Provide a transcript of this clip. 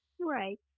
Right